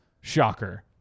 Shocker